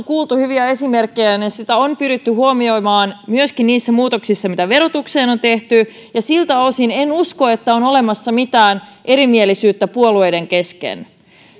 kuultu hyviä esimerkkejä niin se on pyritty huomioimaan myöskin niissä muutoksissa mitä verotukseen on tehty siltä osin en usko että on olemassa mitään erimielisyyttä puolueiden kesken